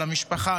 על המשפחה,